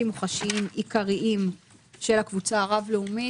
מוחשיים עיקריים של הקבוצה הרב-לאומית".